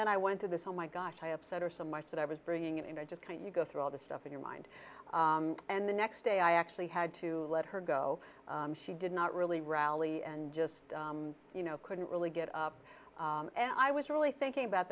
then i went through this oh my gosh i upset or so much that i was bringing it and i just kind you go through all the stuff in your mind and the next day i actually had to let her go she did not really rally and just you know couldn't really get up and i was really thinking about